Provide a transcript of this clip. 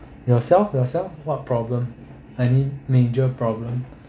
yourself yourself what problem any major problem